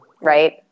right